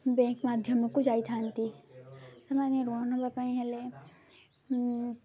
bank ମାଧ୍ୟମକୁ ଯାଇଥାନ୍ତି ସେମାନେ ଋଣ ନେବା ପାଇଁ ହେଲେ